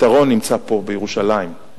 הפתרון נמצא פה, בירושלים.